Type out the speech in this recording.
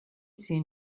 seen